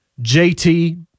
JT